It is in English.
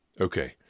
Okay